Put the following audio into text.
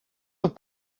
have